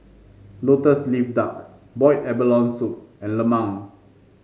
lotus leaf duck Boiled Abalone Soup and lemang